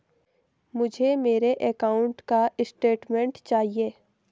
मुझे मेरे अकाउंट का स्टेटमेंट चाहिए?